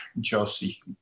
Josie